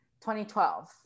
2012